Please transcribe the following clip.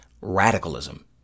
radicalism